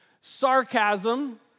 Sarcasm